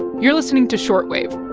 you're listening to short wave